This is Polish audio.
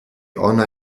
ona